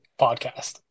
podcast